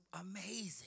amazing